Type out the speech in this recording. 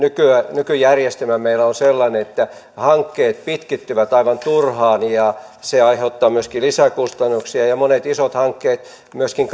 nykyjärjestelmä meillä on sellainen että hankkeet pitkittyvät aivan turhaan ja se aiheuttaa myöskin lisäkustannuksia ja ja monet isot hankkeet myöskin